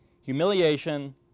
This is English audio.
humiliation